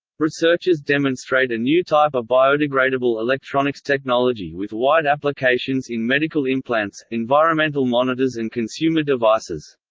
researchers demonstrate a new type of biodegradable electronics technology with wide applications in medical implants, environmental monitors and consumer devices.